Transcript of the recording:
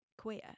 queer